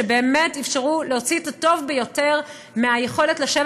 שבאמת אפשרו להוציא את הטוב ביותר מהיכולת לשבת